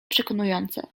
przekonujące